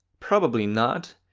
probably not.